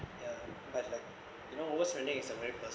ya but like you know overspending is a very personal